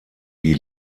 die